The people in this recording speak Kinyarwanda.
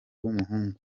w’umuhungu